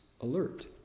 alert